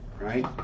right